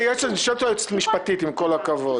אני שואל את היועצת המשפטית, עם כל הכבוד.